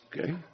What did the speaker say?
Okay